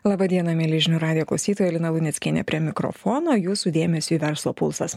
laba diena mieli žinių radijo klausytoja lina luneckienė prie mikrofono jūsų dėmesiui verslo pulsas